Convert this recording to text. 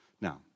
Now